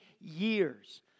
years